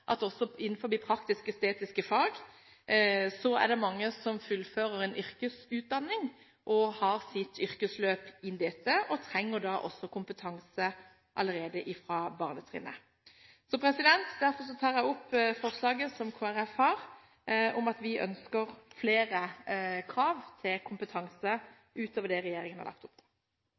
at også innenfor praktisk-estetiske fag er det mange som fullfører en yrkesutdanning og har sitt yrkesløp innen dette, og som da trenger kompetanse allerede fra barnetrinnet. Derfor tar jeg opp forslaget som Kristelig Folkeparti har om at vi ønsker flere krav til kompetanse utover det regjeringen har lagt opp til.